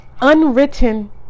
unwritten